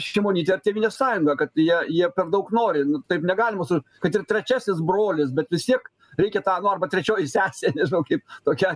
šimonytę ir tėvynės sąjungą kad jie jie per daug nori nu taip negalima su kad ir trečiasis brolis bet vis tiek reikia tą nu arba trečioji sesė nežinau kaip kokia